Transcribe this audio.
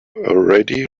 already